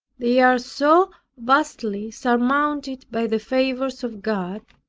they are so vastly surmounted by the favours of god,